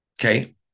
Okay